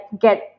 get